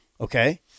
Okay